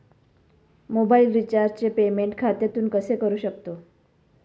Mobile रिचार्जचे payment खात्यातून कसे करू शकतो?